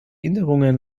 änderungen